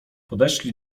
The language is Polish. podeszli